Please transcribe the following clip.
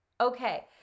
okay